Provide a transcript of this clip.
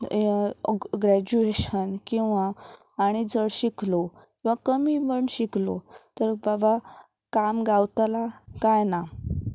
graduation किंवां आनी चड शिकलो किंवां कमी पण शिकलो तर बाबा काम गावतला काय ना